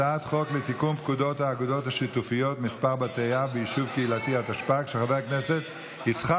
של חבר הכנסת יוסף